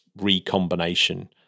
recombination